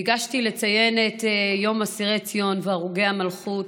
ביקשתי לציין את יום אסירי ציון והרוגי המלכות,